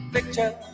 Picture